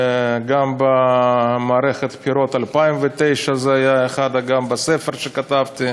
גם במערכת הבחירות 2009, זה היה גם בספר שכתבתי: